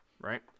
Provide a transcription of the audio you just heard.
Right